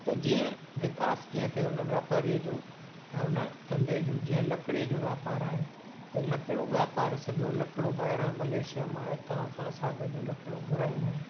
त जीअं विकास कीअं थिए उन वापारी जो ऐं उन धंधे जो जीअं लकिड़े जो वापारु आहे त लकिड़ो वापारु सॼो लकिड़ो ॿाहिरां मलेशिया मां हितां हुतां सागनि जो लकिड़ो घुराईंदा आहिनि